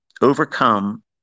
overcome